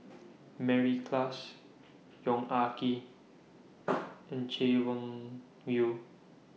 Mary Klass Yong Ah Kee and Chay Weng Yew